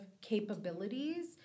capabilities